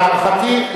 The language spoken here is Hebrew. להערכתי,